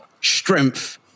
strength